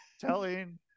telling